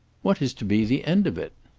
what is to be the end of it?